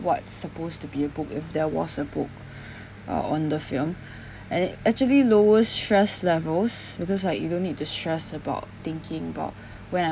what's supposed to be a book if there was a book uh on the film uh and it actually lowers stress levels because like you don't need to stress about thinking about when am